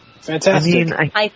Fantastic